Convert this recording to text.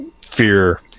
fear